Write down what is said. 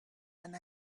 and